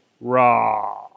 raw